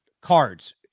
Cards